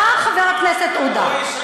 חבר הכנסת עודה?